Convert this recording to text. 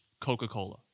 Coca-Cola